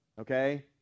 okay